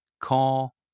call